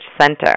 Center